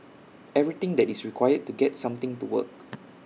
everything that is required to get something to work